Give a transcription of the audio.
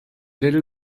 little